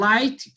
Light